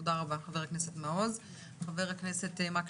תודה רבה, חבר הכנסת מעוז.